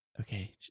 Okay